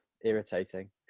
irritating